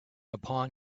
upon